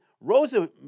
Rosa